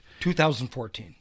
2014